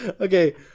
Okay